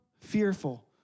fearful